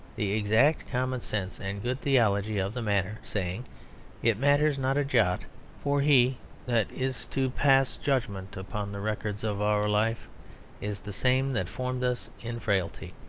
the exact common sense and good theology of the matter, saying it matters not a jot for he that is to pass judgment upon the records of our life is the same that formed us in frailty.